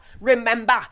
remember